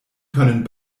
können